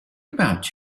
about